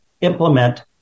implement